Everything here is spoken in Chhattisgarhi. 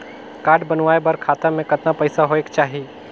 कारड बनवाय बर खाता मे कतना पईसा होएक चाही?